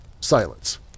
silence